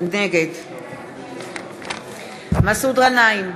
נגד מסעוד גנאים,